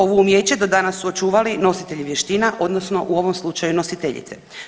Ovo umijeće do danas su očuvali nositelji vještina odnosno u ovom slučaju nositeljice.